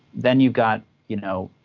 then you've got you know